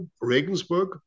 Regensburg